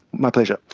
my pleasure.